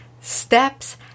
steps